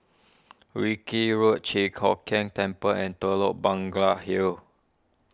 Wilkie Road Chi Kock Keng Temple and Telok Bangla Hill